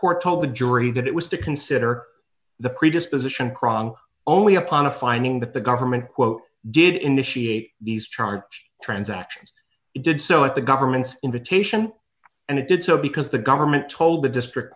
court told the jury that it was to consider the predisposition cronk only upon a finding that the government quote did initiate these charged transactions it did so at the government's invitation and it did so because the government told the district